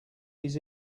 his